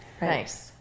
Nice